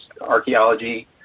archaeology